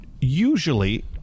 usually